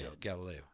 Galileo